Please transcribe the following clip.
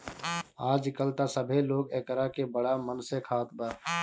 आजकल त सभे लोग एकरा के बड़ा मन से खात बा